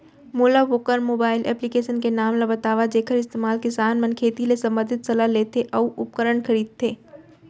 मोला वोकर mobile application के नाम ल बतावव जेखर इस्तेमाल किसान मन खेती ले संबंधित सलाह लेथे अऊ उपकरण खरीदथे?